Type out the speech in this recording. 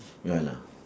ya lah